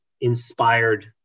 inspired